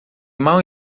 mal